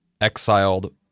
exiled